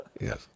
Yes